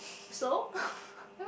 so